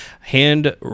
Hand